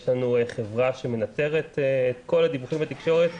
יש לנו חברה שמנטרת את כל הדיווחים בתקשורת,